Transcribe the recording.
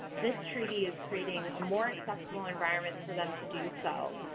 this treaty is creating a more accessible environment for them to do so.